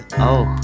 auch